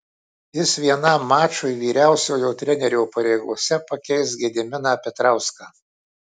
jis vienam mačui vyriausiojo trenerio pareigose pakeis gediminą petrauską